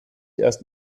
erst